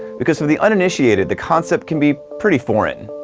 because to the uninitiated the concept can be pretty foreign.